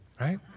right